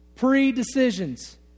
pre-decisions